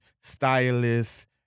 stylists